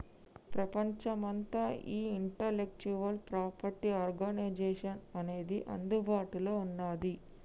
ప్రపంచమంతా ఈ intellectual property organization అనేది అందుబాటులో ఉన్నది